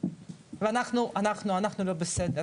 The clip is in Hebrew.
עם כל מה שאמרתי ואנחנו לא בסדר,